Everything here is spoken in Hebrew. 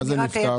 מה זה נפתר?